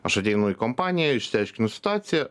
aš ateinu į kompaniją išsiaiškinu situaciją